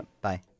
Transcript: Bye